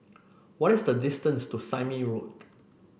what is the distance to Sime Road